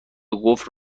قفل